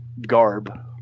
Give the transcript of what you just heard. garb